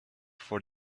for